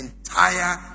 entire